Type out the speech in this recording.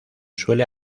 suele